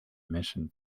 mission